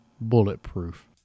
Bulletproof